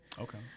Okay